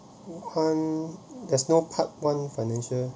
one there's no part one financial